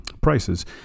prices